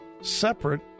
separate